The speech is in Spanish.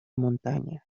montaña